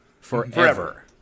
Forever